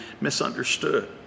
misunderstood